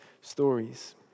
stories